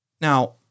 Now